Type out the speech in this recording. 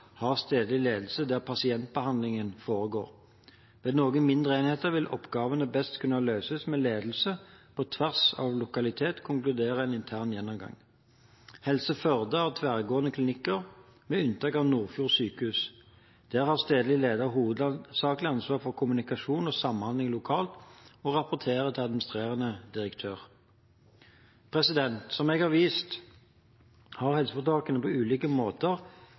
stedlig ledelse der pasientbehandlingen foregår. Ved noen mindre enheter vil oppgavene best kunne løses med ledelse på tvers av lokalitet, konkluderte en intern gjennomgang. Helse Førde HF har tverrgående klinikker, med unntak av Nordfjord sjukehus. Der har stedlig leder hovedsakelig ansvaret for kommunikasjon og samhandling lokalt og rapporterer til administrerende direktør. Som jeg har vist, har helseforetakene på ulike måter